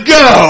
go